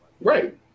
Right